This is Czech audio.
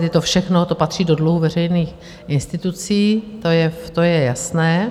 Je to všechno, to patří do dluhu veřejných institucí, to je jasné.